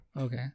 Okay